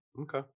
okay